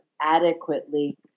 adequately